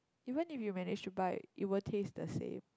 even if you manage to buy it won't taste the same